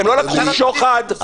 הם לא לקחו שוחד,